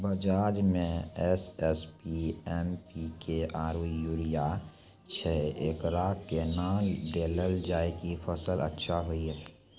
बाजार मे SSP, MPK आरु यूरिया छैय, एकरा कैना देलल जाय कि फसल अच्छा हुये?